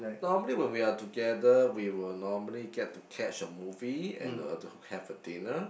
normally when we are together we will normally get to catch a movie and uh to have a dinner